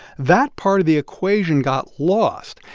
that part of the equation got lost,